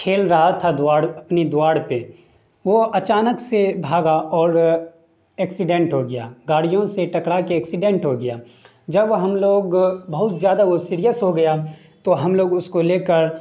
کھیل رہا تھا دوار اپنی دوار پہ وہ اچانک سے بھاگا اور ایکسیڈنٹ ہو گیا گاڑیوں سے ٹکرا کے ایکسیڈنٹ ہو گیا جب وہ ہم لوگ بہت زیادہ وہ سریئس ہو گیا تو ہم لوگ اس کو لے کر